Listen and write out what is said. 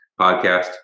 podcast